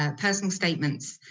ah personal statements.